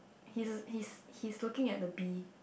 he's he's he's looking at the bee